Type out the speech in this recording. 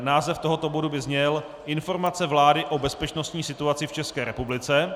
Název tohoto bodu by zněl Informace vlády o bezpečnostní situaci v České republice.